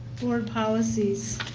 board policies.